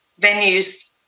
venues